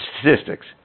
statistics